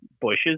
bushes